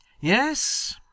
Yes